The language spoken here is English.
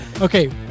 Okay